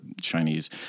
Chinese